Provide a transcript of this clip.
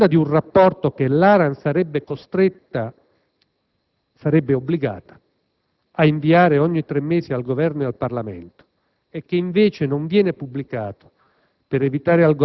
Ma la vicenda di un rapporto che l'ARAN sarebbe obbligata a inviare ogni tre mesi al Governo e al Parlamento e che, invece, non viene pubblicato